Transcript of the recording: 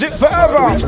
forever